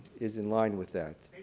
is in line with that.